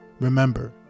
Remember